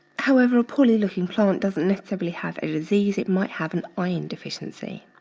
however, a poorly looking plant doesn't necessarily have a disease. it might have an iron deficiency.